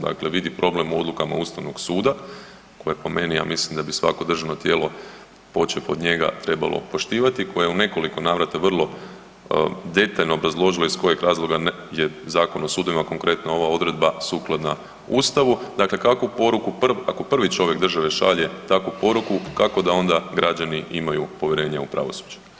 Dakle vidi problem u odlukama Ustavnog suda, koja po meni ja mislim da bi svako državno tijelo počev od njega trebalo poštivati, koja je u nekoliko navrata vrlo detaljno obrazložilo iz kojeg razloga je Zakon o sudovima, konkretno ova odredba sukladna Ustavu, dakle kakvu poruku prvi čovjek države šalje takvu poruku, kako da onda građani imaju povjerenje u pravosuđe.